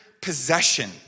possession